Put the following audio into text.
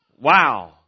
wow